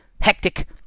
hectic